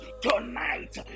tonight